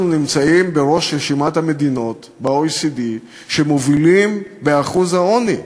אנחנו נמצאים בראש רשימת המדינות ב-OECD שמובילות באחוז העוני.